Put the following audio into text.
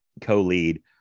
co-lead